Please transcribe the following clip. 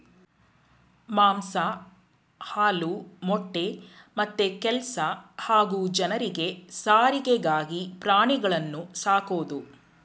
ಮಾಂಸ ಹಾಲು ಮೊಟ್ಟೆ ಮತ್ತೆ ಕೆಲ್ಸ ಹಾಗೂ ಜನರಿಗೆ ಸಾರಿಗೆಗಾಗಿ ಪ್ರಾಣಿಗಳನ್ನು ಸಾಕೋದು